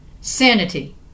Sanity